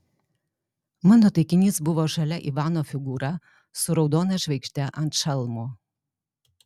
mano taikinys buvo žalia ivano figūra su raudona žvaigžde ant šalmo